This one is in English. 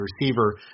receiver